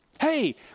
Hey